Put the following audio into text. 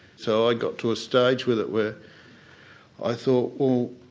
so i got to a stage with it where i thought well,